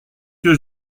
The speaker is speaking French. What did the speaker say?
que